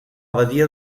badia